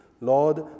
Lord